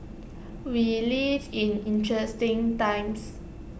we live in interesting times